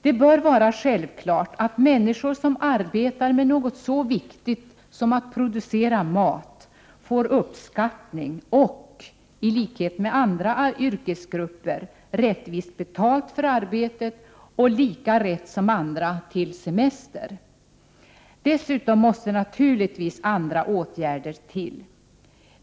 Det bör vara självklart att människor som arbetar med något så viktigt som att producera mat får uppskattning och — i likhet med andra yrkesgrupper - rättvist betalt för arbetet och lika rätt som andra till semester. Dessutom måste naturligtvis andra åtgärder till.